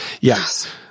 Yes